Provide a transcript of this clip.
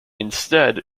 instead